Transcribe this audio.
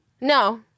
No